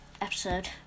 episode